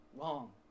Wrong